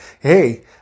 Hey